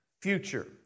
future